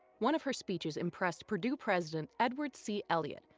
one of her speeches impressed purdue president edward c elliott,